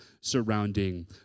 surrounding